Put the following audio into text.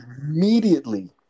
immediately